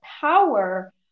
power